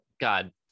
God